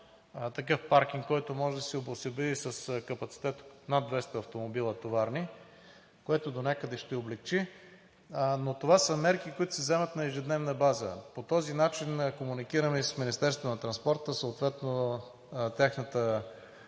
такъв паркинг, който може да се обособи и с капацитет над 200 товарни автомобила, което донякъде ще облекчи. Но това са мерки, които се вземат на ежедневна база. По този начин комуникираме и с Министерство на